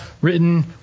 written